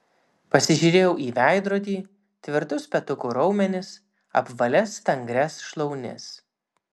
pasižiūrėjau į veidrodį tvirtus petukų raumenis apvalias stangrias šlaunis